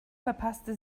verpasste